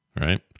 right